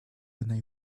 when